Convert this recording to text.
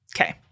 Okay